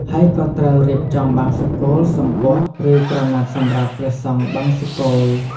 ហើយក៏ត្រូវរៀបចំបង្សុកូល សំពត់ ឬក្រណាត់សម្រាប់ព្រះសង្ឃបង្សុកូល។